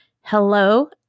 hello